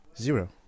Zero